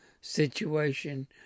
situation